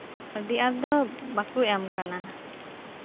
ᱟᱹᱰᱤ ᱟᱸᱴ ᱫᱚ ᱵᱟᱠᱚ ᱮᱢ ᱟᱠᱟᱱᱟ